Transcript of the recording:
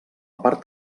part